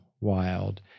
wild